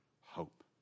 hope